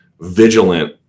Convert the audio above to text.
vigilant